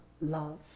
love